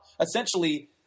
essentially